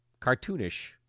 Cartoonish